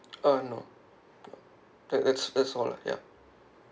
uh no that that's that's all lah ya